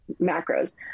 macros